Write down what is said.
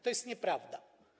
To jest nieprawda.